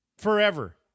Forever